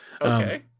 Okay